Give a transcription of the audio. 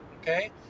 okay